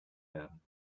werden